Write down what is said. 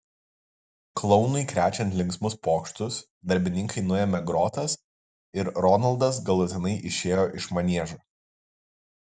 klounui krečiant linksmus pokštus darbininkai nuėmė grotas ir ronaldas galutinai išėjo iš maniežo